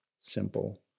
simple